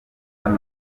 hano